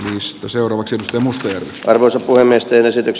haavisto seurue sekä mustien raivoisa voimisteluesitys